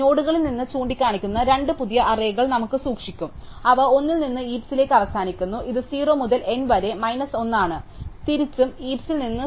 അതിനാൽ നോഡുകളിൽ നിന്ന് ചൂണ്ടിക്കാണിക്കുന്ന രണ്ട് പുതിയ അറേകൾ നമ്മൾ സൂക്ഷിക്കും അവ ഒന്നിൽ നിന്ന് ഹീപ്സിലേക് അവസാനിക്കുന്നു ഇത് 0 മുതൽ N വരെ മൈനസ് 1 ആണ് തിരിച്ചും ഹീപ്സിൽ നിന്ന് 0 മുതൽ N വരെ നോഡുകൾ വരെ